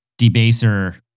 debaser